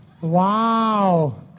wow